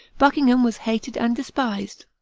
buckingham was hated and despised.